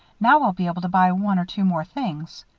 now i'll be able to buy one or two more things.